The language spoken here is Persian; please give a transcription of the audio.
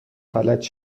فلج